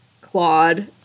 Claude